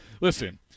listen